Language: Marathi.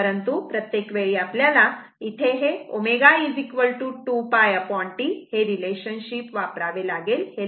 परंतु प्रत्येक वेळी आपल्याला ω 2πT हे रिलेशनशिप वापरावे लागेल